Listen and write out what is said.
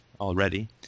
already